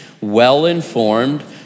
well-informed